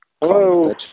Hello